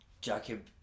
Jacob